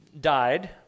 died